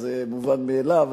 אז זה מובן מאליו.